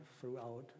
throughout